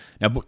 Now